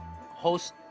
host